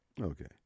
Okay